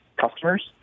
customers